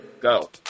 Go